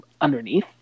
underneath